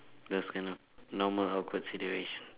those kind of normal awkward situations